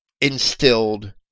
instilled